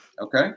Okay